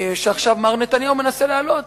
שעכשיו מר נתניהו מנסה להעלות,